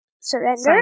surrender